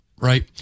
right